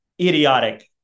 idiotic